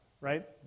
right